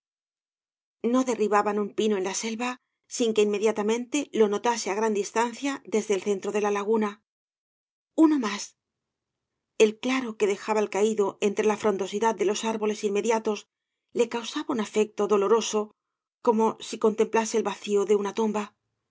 no derribaban un pino en la selva sin que inmediatamente lo notase á gran distancia desde el centro de la laguna uno más el claro que dejaba el caído entre la frondosidad de los árboles inmediatos le causaba un efecto doloroso como si contemplase el vacio de una tumba